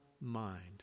mind